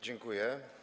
Dziękuję.